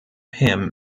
him